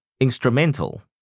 instrumental